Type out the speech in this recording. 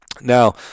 Now